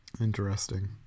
interesting